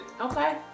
okay